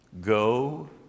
Go